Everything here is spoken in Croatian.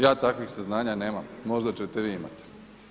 Ja takvih saznanja nemam, možda ćete vi imati.